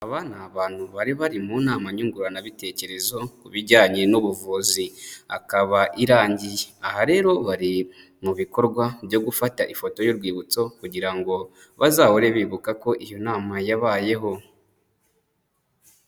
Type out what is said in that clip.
Aba ni abantu bari bari mu nama nyunguranabitekerezo ku bijyanye n'ubuvuzi akaba irangiye, aha rero bari mu bikorwa byo gufata ifoto y'urwibutso kugira ngo bazahore bibuka ko iyo nama yabayeho.